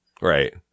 Right